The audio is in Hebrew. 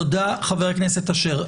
תודה, חבר הכנסת אשר.